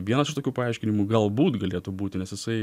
vienas iš tokių paaiškinimų galbūt galėtų būti nes jisai